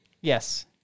Yes